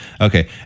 Okay